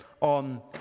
on